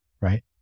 right